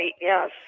Yes